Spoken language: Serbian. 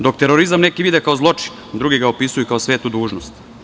Dok terorizam neki vide kao zločin, drugi ga opisuju kao svetu dužnost.